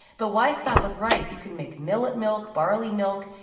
but why stop with rice? you can make millet milk, barley milk,